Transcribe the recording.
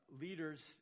leaders